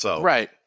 Right